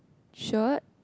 short